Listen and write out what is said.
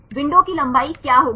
window की लंबाई क्या होगी